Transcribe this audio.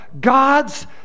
God's